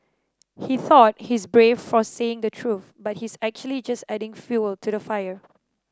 he thought he's brave for saying the truth but he's actually just adding fuel to the fire